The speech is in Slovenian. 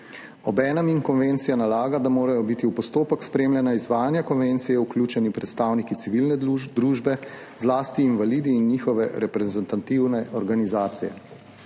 Obenem jim konvencija nalaga, da morajo biti v postopek spremljanja izvajanja konvencije vključeni predstavniki civilne družbe, zlasti invalidi in njihove reprezentativne organizacije.